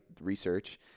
research